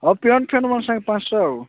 ଆଉ ପିଅନ୍ ଫିଅନ୍ ମାନ୍କର୍ ସାଙ୍ଗରେ ପାଞ୍ଚଶହ ଆଉ